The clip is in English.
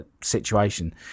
situation